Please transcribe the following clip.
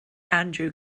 andrew